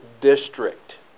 district